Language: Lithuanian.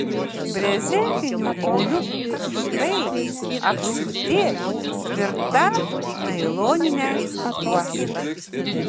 brezentinių auliukų kraštai apsiūti tvirta nailonine juosta